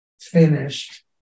finished